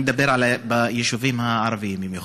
אני מדבר על היישובים הערביים במיוחד,